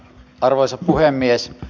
arvoisa puhemies